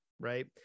right